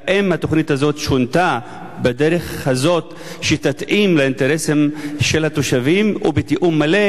האם התוכנית הזאת שונתה בדרך שתתאים לאינטרסים של התושבים ובתיאום מלא,